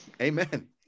Amen